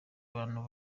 bantu